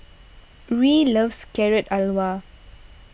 Ruie loves Carrot Halwa